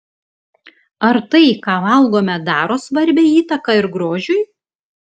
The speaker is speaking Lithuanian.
ar tai ką valgome daro svarbią įtaką ir grožiui